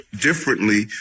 differently